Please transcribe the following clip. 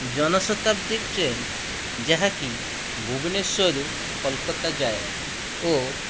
Janshatabdi train ଯାହାକି ଭୁବନେଶ୍ୱରରୁ କୋଲକାତା ଯାଏ ଓ